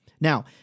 Now